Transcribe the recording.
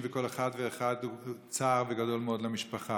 וכל אחד ואחד הוא צער גדול מאוד למשפחה.